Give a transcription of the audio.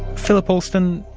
phillip alston,